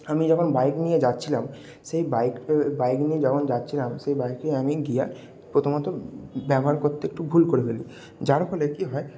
আমি যখন বাইক নিয়ে যাচ্ছিলাম সেই বাইক বাইক নিয়ে যখন যাচ্ছিলাম সেই বাইকে আমি গিয়ার প্রথমত ব্যবহার করতে একটু ভুল করে ফেলি যার ফলে কী হয়